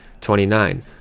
Twenty-nine